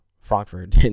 Frankfurt